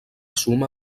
suma